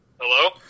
Hello